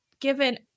given